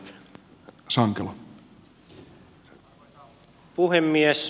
arvoisa puhemies